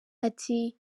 ati